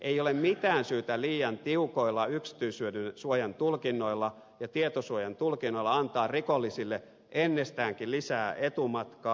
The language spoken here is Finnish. ei ole mitään syytä liian tiukoilla yksityisyyden suojan tulkinnoilla ja tietosuojan tulkinnoilla antaa rikollisille ennestäänkin lisää etumatkaa